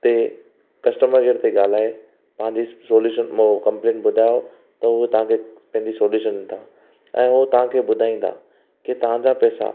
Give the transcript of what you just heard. ते customer care ते ॻाल्हाए पंहिंजी सलूशन ओ कंप्लेंट ॿुधायो त उहो तव्हांखे पंहिंजी सलूशन ॾींदा ऐं उहो तव्हांखे ॿुधाईंदा की तव्हांजा पैसा